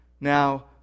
now